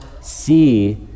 see